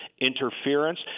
interference